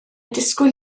disgwyl